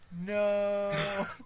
No